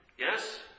Yes